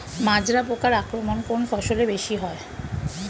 মাজরা পোকার আক্রমণ কোন ফসলে বেশি হয়?